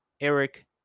Eric